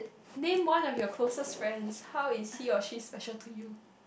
name one of your closest friends how is he or she special to you